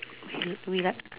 read read up